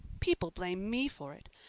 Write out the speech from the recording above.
people blame me for it.